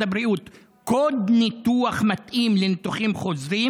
הבריאות קוד ניתוח מתאים לניתוחים חוזרים,